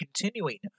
continuing